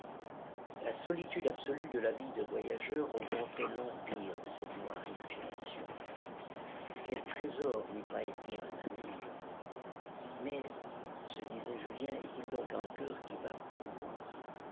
la solitude absolue de la vie de voyageur augmentait l'empire de cette noire imagination quel trésor n'eût pas été un ami mais se disait julien est-il donc un coeur qui batte pour moi